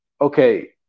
okay